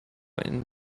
and